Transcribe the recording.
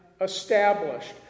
established